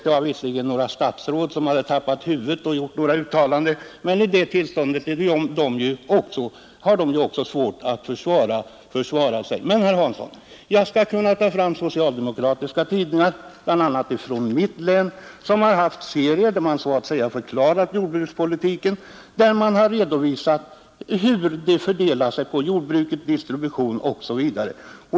Vidare var det visst ett par statsråd som hade tappat huvudet och gjort några uttalanden, men också de har ju i så fall svårt att försvara sig. Men, herr Hansson, jag skulle kunna ta fram socialdemokratiska tidningar, bl.a. från mitt eget län, som i artikelserier så att säga försökt förklara jordbrukspolitiken och redovisa hur kostnaderna fördelar sig på jordbruket, på distributionsledet osv.